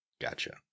gotcha